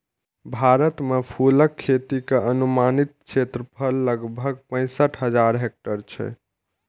भारत मे फूलक खेती के अनुमानित क्षेत्रफल लगभग पैंसठ हजार हेक्टेयर छै